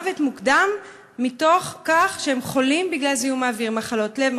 מוות מוקדם מתוך כך שהם חולים בגלל זיהום האוויר: מחלות לב,